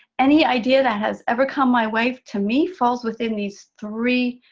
any idea that has ever come my way, to me, falls within these three,